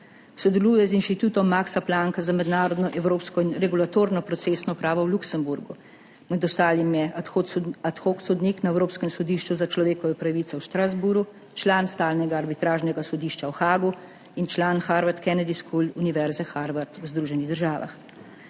Sodeluje z inštitutom Maxa Plancka za mednarodno, evropsko in regulatorno procesno pravo v Luksemburgu. Med drugim je ad hoc sodnik na Evropskem sodišču za človekove pravice v Strasbourgu, član Stalnega arbitražnega sodišča v Haagu in član Harvard Kennedy School – Harvard University v Združenih državah.